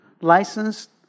licensed